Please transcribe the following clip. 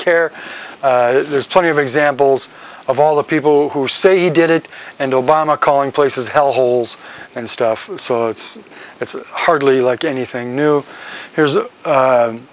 care there's plenty of examples of all the people who say he did it and obama calling places hellholes and stuff so it's it's hardly like anything new here's